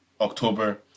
October